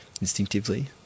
instinctively